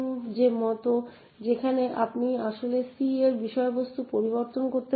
যে মত যেখানে আপনি আসলে c এর বিষয়বস্তু পরিবর্তন করতে পারেন